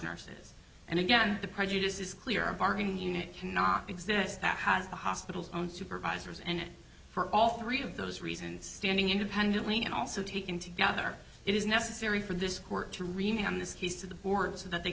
nurses and again the prejudice is clear a parking unit cannot exist that has the hospital's own supervisors and for all three of those reasons standing independently and also taken together it is necessary for this court to remain on this case to the board so that they